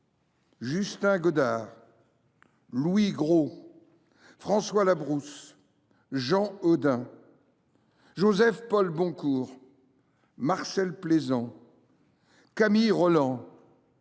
Justin Godart, Louis Gros, François Labrousse, Jean Odin, Joseph Paul Boncour, Marcel Plaisant, Camille Rolland,